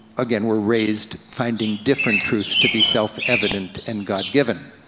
again, were raised finding different truths to be self-evident and god-given.